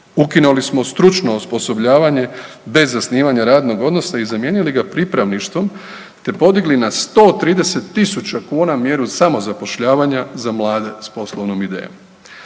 ukinuli smo stručno osposobljavanje bez zasnivanja radnog odnosa i zamijenili ga pripravništvom, te podigli na 130.000 kuna mjeru samozapošljavanja za mlade s poslovnom idejom.